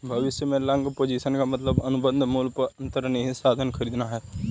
भविष्य में long position का मतलब अनुबंध मूल्य पर अंतर्निहित साधन खरीदना है